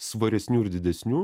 svaresnių ir didesnių